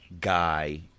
guy